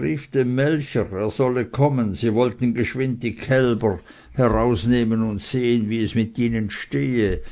rief dem melcher er solle kommen sie wollten geschwind die kälber herausnehmen und sehen wie es mit ihnen stehe